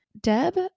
Deb